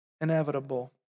inevitable